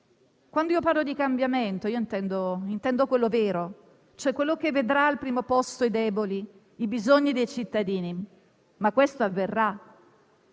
Quando parlo di cambiamento, intendo quello vero, ossia quello che vedrà al primo posto i deboli e i bisogni dei cittadini. Ma questo avverrà?